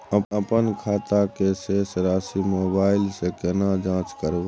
अपन खाता के शेस राशि मोबाइल से केना जाँच करबै?